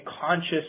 conscious